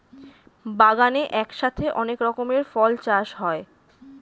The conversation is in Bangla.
বাগানে একসাথে অনেক রকমের ফল চাষ হয়